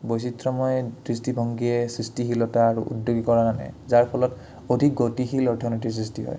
বৈচিত্ৰময় দৃষ্টিভংগীয়ে সৃষ্টিশীলতা আৰু উদ্যোগী কৰা কাৰণে যাৰ ফলত অধিক গতিশীল অৰ্থনীতিৰ সৃষ্টি হয়